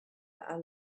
and